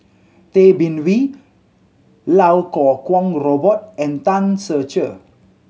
Tay Bin Wee Lau Kuo Kwong Robert and Tan Ser Cher